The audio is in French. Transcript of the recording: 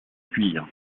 cuire